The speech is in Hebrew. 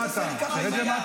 תרד למטה כבר,